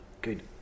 good